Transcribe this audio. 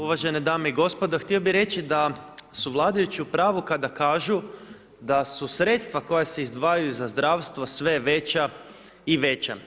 Uvažene dame i gospodo, htio bih reći da su vladajući u pravu kada kažu da su sredstva koja se izdvajaju za zdravstvo sve veća i veća.